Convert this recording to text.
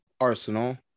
Arsenal